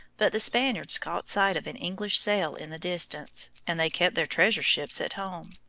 but the spaniards caught sight of an english sail in the distance, and they kept their treasure-ships at home.